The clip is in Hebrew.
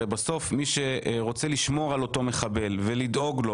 הרי בסוף מי שרוצה לשמור על אותו מחבל ולדאוג לו,